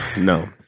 No